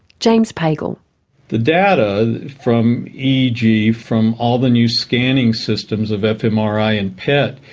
james pagel the data from eeg, from all the new scanning systems of fmri and pet,